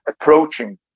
approaching